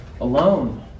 Alone